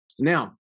Now